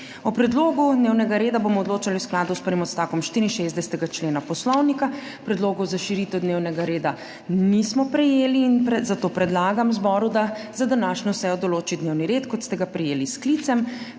O predlogu dnevnega reda bomo odločali v skladu s prvim odstavkom 64. člena Poslovnika. Predlogov za širitev dnevnega reda nismo prejeli in zato predlagam zboru, da za današnjo sejo določi dnevni red kot ste ga prejeli s sklicem.